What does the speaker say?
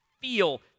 feel